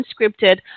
unscripted